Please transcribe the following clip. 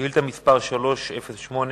שאילתא 308,